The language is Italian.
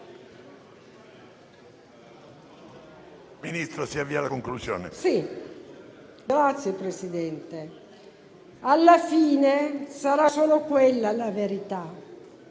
Sì, Presidente. Alla fine sarà solo quella la verità,